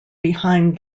behind